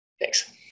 Thanks